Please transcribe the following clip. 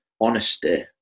honesty